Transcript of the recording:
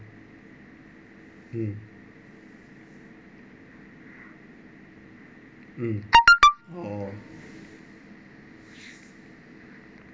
mm mm oh